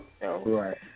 Right